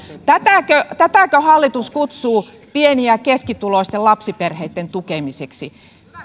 tätäkö tätäkö hallitus kutsuu pieni ja ja keskituloisten lapsiperheitten tukemiseksi